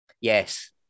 Yes